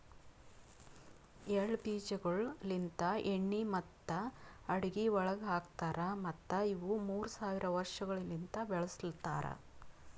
ಎಳ್ಳ ಬೀಜಗೊಳ್ ಲಿಂತ್ ಎಣ್ಣಿ ಮತ್ತ ಅಡುಗಿ ಒಳಗ್ ಹಾಕತಾರ್ ಮತ್ತ ಇವು ಮೂರ್ ಸಾವಿರ ವರ್ಷಗೊಳಲಿಂತ್ ಬೆಳುಸಲತಾರ್